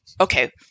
Okay